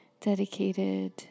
dedicated